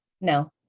no